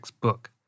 book